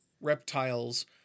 reptiles